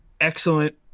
excellent